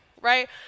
right